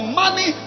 money